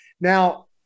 Now